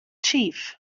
chief